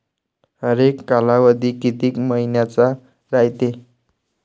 हरेक कालावधी किती मइन्याचा रायते?